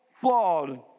flawed